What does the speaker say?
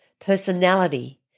personality